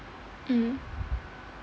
mm